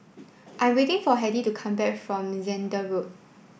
I waiting for Hedy to come back from Zehnder Road